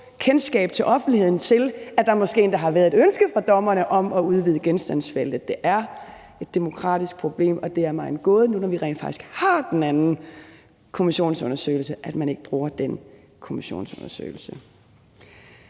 kendskab til, at der måske endda har været et ønske fra dommerne om at udvide genstandsfeltet. Det er et demokratisk problem, og det er mig en gåde, nu når vi rent faktisk har den anden type kommissionsundersøgelse, at man ikke bruger den. Selve genstandsfeltet